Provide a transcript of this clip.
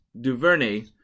DuVernay